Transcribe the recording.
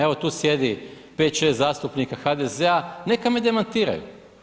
Evo, tu sjedi 5, 6 zastupnika HDZ-a, neka me demantiraju.